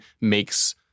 makes